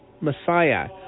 Messiah